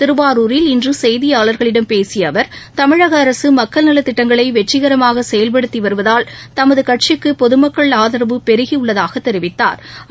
திருவாரூரில் இன்று செய்தியாள்களிடம் பேசிய அவர் தமிழக அரசு மக்கள் நலத் திட்டங்களை வெற்றிகரமாக செயல்படுத்தி வருவதால் தமது கட்சிக்கு பொதுமக்கள் ஆதரவு பெருகி உள்ளதாகத் தெரிவித்தாா்